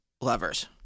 lovers